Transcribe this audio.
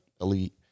elite